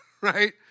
right